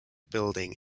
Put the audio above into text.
building